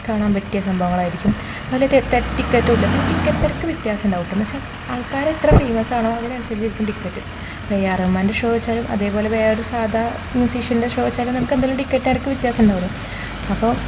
കാണാൻ പറ്റിയ സംഭവങ്ങൾ ആയിരിക്കും അതിൽ തെ തട്ടിക്കയറ്റമുണ്ടാകും പിന്നെ ടിക്കറ്റ് നിരക്ക് വ്യത്യാസം ഉണ്ടാകും കേട്ടോ എന്നു വെച്ചാൽ ആൾക്കാർ എത്ര ഫേമസ് ആണോ അതനുസരിച്ചിരിക്കും ടിക്കറ്റ് ഇപ്പോൾ എ ആർ റഹ്മാൻ്റെ ഷോ വെച്ചാലും അതേപോലെ വേറൊരു ഒരു സാധാ മ്യൂസിഷ്യൻ്റെ ഷോ വെച്ചാലും നമുക്ക് എന്തായാലും ടിക്കറ്റ് നിരക്ക് വ്യത്യാസമുണ്ടാകുമല്ലോ അപ്പോൾ